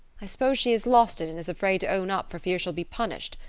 i suppose she has lost it and is afraid to own up for fear she'll be punished.